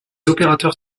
opérateurs